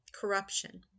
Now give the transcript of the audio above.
corruption